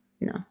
No